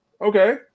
Okay